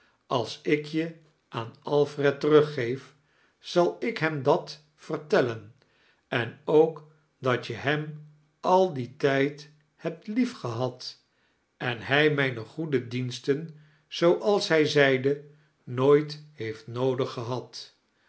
als ik je aan alfred teruggeef zal ik hem dat veirtellen en ook dat je hem al dien tijd hebt liefgehad en hij mijne goede diensten zooals hij zeide nooit heetft noodig gehad